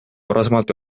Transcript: varasemalt